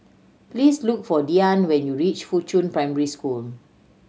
please look for Diann when you reach Fuchun Primary School